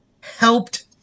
helped